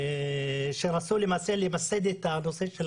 ורצו למסד את הנושא של